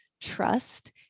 trust